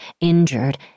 injured